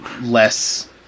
less